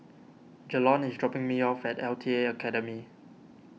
Jalon is dropping me off at L T A Academy